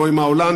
לא עם ההולנדי.